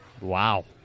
Wow